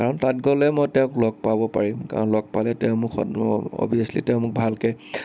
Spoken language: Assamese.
কাৰণ তাত গ'লে মই তেওঁক লগ পাব পাৰিম আৰু কাৰণ লগ পালে তেওঁ মোক অভিয়াছলি তেওঁ মোক ভালকে